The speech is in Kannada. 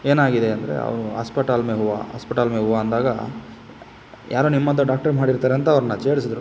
ಏನಾಗಿದೆ ಅಂದರೆ ಅವರು ಆಸ್ಪೆಟಲ್ ಮೇ ಹುವಾ ಹಾಸ್ಪೆಟಲ್ ಮೇ ಹುವಾ ಅಂದಾಗ ಯಾರೋ ನಿಮ್ಮಂಥ ಡಾಕ್ಟ್ರೇ ಮಾಡಿರ್ತಾರೆ ಅಂತ ಅವ್ರನ್ನ ಚೇಡಿಸಿದ್ರು